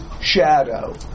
shadow